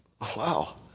Wow